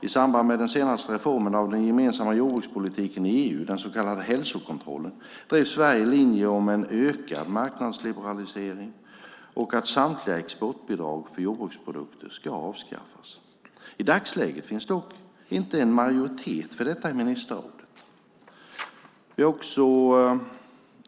I samband med den senaste reformen av den gemensamma jordbrukspolitiken i EU, den så kallade hälsokontrollen, drev Sverige linjen om en ökad marknadsliberalisering och att samtliga exportbidrag för jordbruksprodukter ska avskaffas. I dagsläget finns dock inte majoritet för detta i ministerrådet.